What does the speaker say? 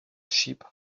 sheep